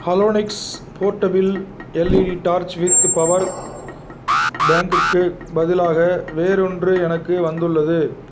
Halonix portable LED torch with power பேங்க்குக்கு பதிலாக வேறொன்று எனக்கு வந்துள்ளது